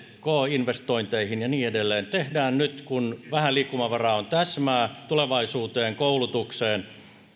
investointeihin ja niin edelleen tehdään nyt kun vähän liikkumavaraa on täsmää tulevaisuuteen koulutukseen